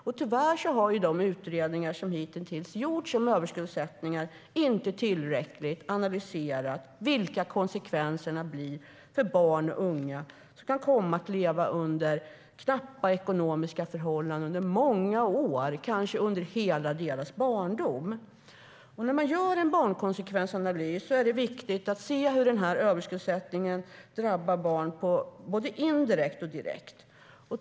Men tyvärr har de utredningar som har gjorts hittills om överskuldsättning inte tillräckligt analyserat vilka konsekvenserna blir för barn och unga, som kan komma att leva under knappa ekonomiska förhållanden under många år, kanske under hela barndomen. När man gör en barnkonsekvensanalys är det viktigt att se hur överskuldsättning drabbar barn både indirekt och direkt.